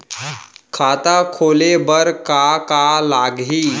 खाता खोले बार का का लागही?